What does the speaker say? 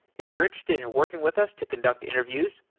if you're interested in working with us to conduct interviews,